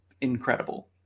incredible